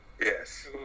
Yes